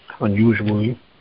unusually